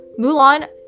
Mulan